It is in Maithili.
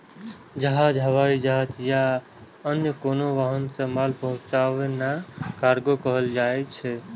जहाज, हवाई जहाज या आन कोनो वाहन सं माल पहुंचेनाय कार्गो कहल जाइ छै